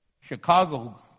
Chicago